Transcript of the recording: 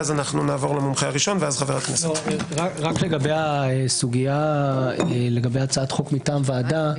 רק לגבי הסוגיה לגבי הצעת חוק מטעם ועדה,